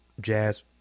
jazz